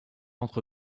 entre